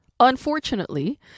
Unfortunately